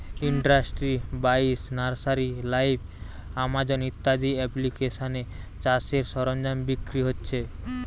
industry বাইশ, nursery live, Amazon ইত্যাদি এপ্লিকেশানে চাষের সরঞ্জাম বিক্রি হচ্ছে